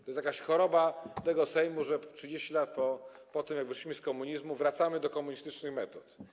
To jest jakaś choroba tego Sejmu, że 30 lat po tym, jak wyszliśmy z komunizmu, wracamy do komunistycznych metod.